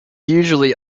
usually